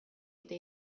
eta